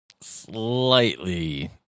slightly